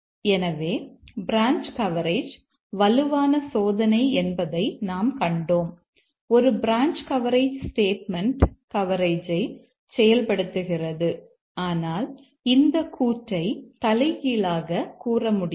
எனவே branch coverage வலுவான சோதனை என்பதை நாம் கண்டோம் ஒரு பிரான்ச் கவரேஜ் ஸ்டேட்மெண்ட் கவரேஜை செயல்படுத்துகிறது ஆனால் இந்த கூற்றை தலைகீழாக கூறமுடியாது